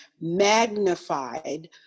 magnified